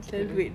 mm mm